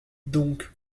donc